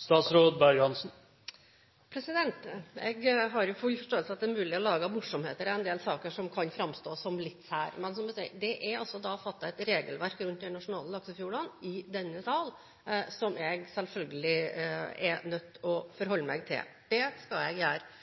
Jeg har full forståelse for at det er mulig å lage morsomheter i en del saker som kan framstå som litt sære. Men som jeg sier, er det altså fattet et regelverk i denne sal rundt de nasjonale laksefjordene som jeg selvfølgelig er nødt til å forholde meg til. Det skal jeg gjøre.